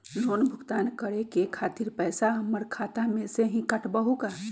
Loan भुगतान करे के खातिर पैसा हमर खाता में से ही काटबहु का?